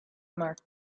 marked